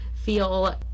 feel